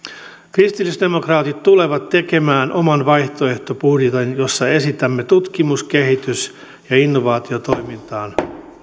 kristillisdemokraatit tulevat tekemään oman vaihtoehtobudjetin jossa esitämme tutkimus kehitys ja innovaatiotoimintaan